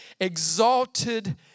exalted